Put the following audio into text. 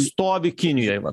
stovi kinijoj va